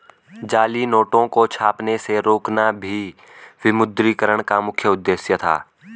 जाली नोटों को छपने से रोकना भी विमुद्रीकरण का मुख्य उद्देश्य था